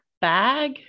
bag